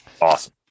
awesome